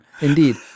indeed